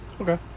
Okay